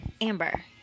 Amber